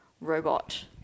Robot